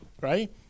right